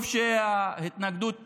טוב שההתנגדות יורדת.